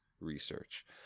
Research